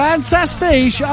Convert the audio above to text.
Fantastic